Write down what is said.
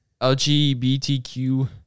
LGBTQ+